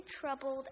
troubled